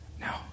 no